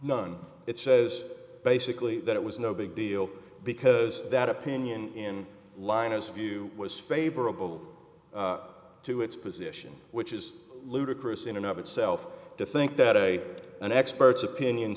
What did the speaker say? none it says basically that it was no big deal because that opinion in linus view was favorable to its position which is ludicrous in and of itself to think that a an expert's opinion